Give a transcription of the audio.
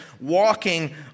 walking